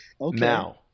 Now